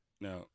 now